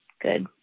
good